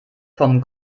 vom